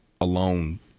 alone